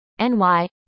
NY